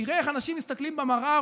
תראה איך אנשים מסתכלים במראה,